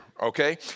okay